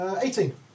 Eighteen